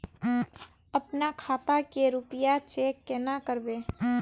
अपना खाता के रुपया चेक केना करबे?